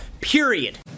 period